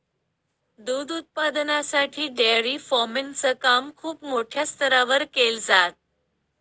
दूध उत्पादनासाठी dairy farming च काम खूप मोठ्या स्तरावर केल जात